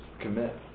commit